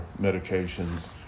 medications